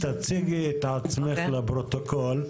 תציגי את עצמך לפרוטוקול,